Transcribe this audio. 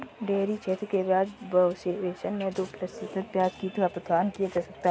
dairy क्षेत्र के ब्याज सबवेसन मैं दो प्रतिशत ब्याज का भुगतान किया जाता है